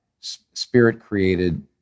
Spirit-created